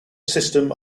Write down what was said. system